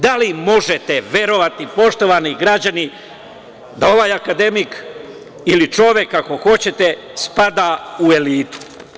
Da li možete verovati, poštovani građani, da ovaj akademik ili čovek, kako hoćete, spada u elitu?